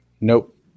Nope